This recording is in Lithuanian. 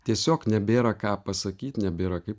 tiesiog nebėra ką pasakyt nebėra kaip